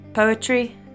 poetry